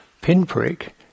pinprick